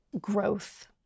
growth